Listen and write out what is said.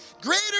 greater